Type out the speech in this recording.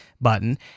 button